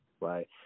right